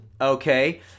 okay